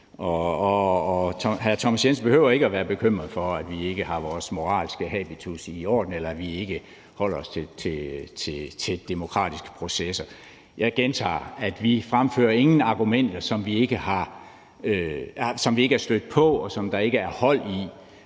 Hr. Thomas Jensen behøver ikke at være bekymret for, at vi ikke har vores moralske habitus i orden, eller at vi ikke holder os til de demokratiske processer. Jeg gentager: Vi fremfører ingen argumenter, som vi ikke er stødt på, og som der ikke er hold i